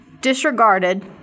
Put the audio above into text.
disregarded